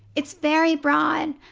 it's very broad.